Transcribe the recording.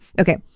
Okay